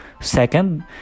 second